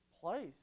place